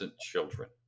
children